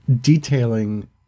detailing